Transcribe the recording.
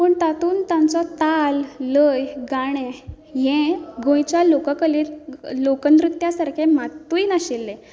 पूण तातूंत तांचो ताल लय गाणें हें गोंयच्या लोक कलेन लोकनृत्या सारकें मात्तूय नाशिल्लें